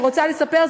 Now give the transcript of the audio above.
אני רוצה לספר,